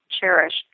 cherished